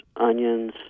onions